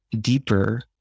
deeper